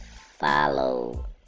follow